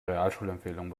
realschulempfehlung